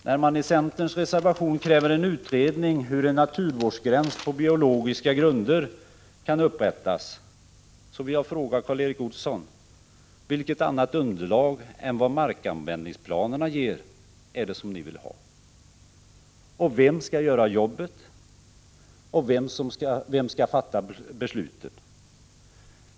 När man i centerns reservation kräver en utredning om hur en naturvårdsgräns på biologiska grunder kan upprättas, så vill jag fråga Karl Erik Olsson: Vilket annat underlag än vad markanvändningsplanerna ger är det som ni vill ha? Och vem skall göra jobbet, och vem skall fatta besluten?